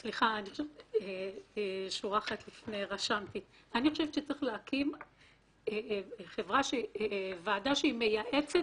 אני חושבת שצריך להקים ועדה שהיא מייעצת